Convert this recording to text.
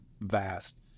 vast